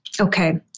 okay